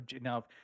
Now